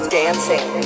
dancing